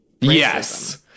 Yes